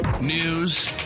News